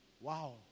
Wow